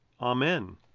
Amen